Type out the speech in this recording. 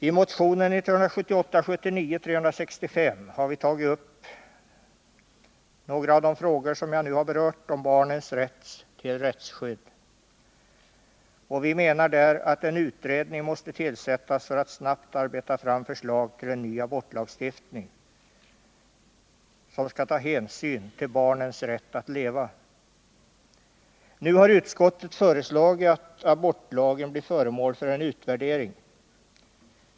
I motionen 1978/79:365 har vi tagit upp några av de frågor jag nu berört om barnens rätt till rättsskydd. Vi menar där att en utredning måste tillsättas för att snabbt arbeta fram förslag till en ny abortlagstiftning, vilken skall ta hänsyn till barnens rätt att leva. Nu har utskottet föreslagit att abortlagen blir föremål för en utvärdering.